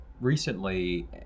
recently